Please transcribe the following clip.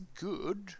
good